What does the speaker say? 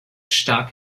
stark